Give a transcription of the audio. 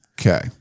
Okay